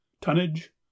Tonnage